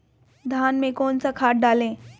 धान में कौन सा खाद डालें?